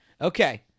Okay